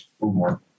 more